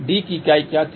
D की इकाई क्या थी